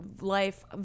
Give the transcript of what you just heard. life